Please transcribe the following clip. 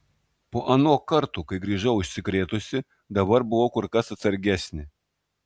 po ano karto kai grįžau užsikrėtusi dabar buvau kur kas atsargesnė